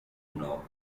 donau